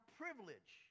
privilege